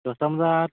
দছটামান বজাত